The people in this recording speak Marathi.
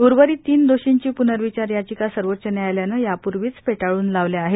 उर्वरित तीन दोषींची पूनर्विचार याचिका सर्वोच्च न्यायालयानं यापूर्वीच फेटाळन लावलेल्या आहेत